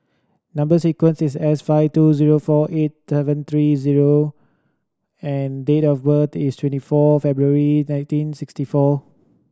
number sequence is S five two zero four eight seven three zero and date of birth is twenty four February nineteen sixty four